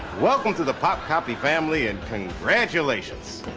welcome to the popcopy family, and congratulations.